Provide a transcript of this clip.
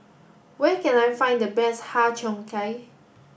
where can I find the best Har Cheong Gai